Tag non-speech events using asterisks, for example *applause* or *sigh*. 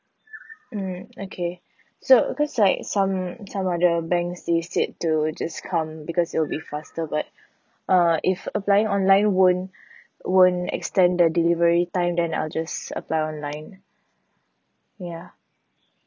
mm okay *breath* so because like some some other banks they said to just come because it'll be faster but *breath* uh if applying online won't *breath* won't extend the delivery time then I'll just apply online ya